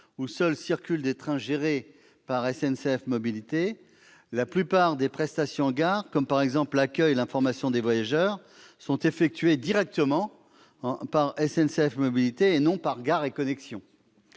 où ne circulent que des trains gérés par SNCF Mobilités, la plupart des prestations en gare, comme l'accueil et l'information des voyageurs, sont assurées directement par SNCF Mobilités, et non par Gares et Connexions.